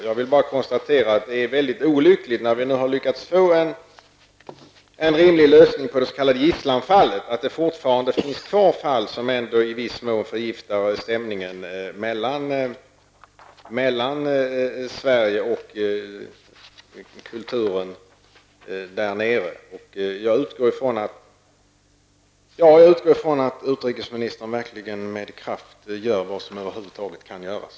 Jag konstaterar bara att det är mycket olyckligt att det, när vi har lyckats få en rimlig lösning på det s.k. gisslanfallet, fortfarande finns kvar fall som ändå i viss mån förgiftar stämningen mellan Sverige och kulturen där nere. Jag utgår ifrån att utrikesministern verkligen med kraft gör vad som över huvud taget kan göras.